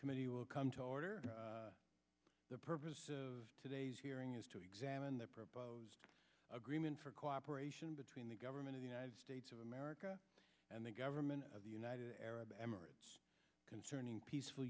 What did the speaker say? committee will come to order the purpose of today's hearing is to examine the proposed agreement for cooperation between the government of united states of america and the government of the united arab emirates concerning peaceful